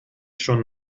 schon